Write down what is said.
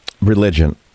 religion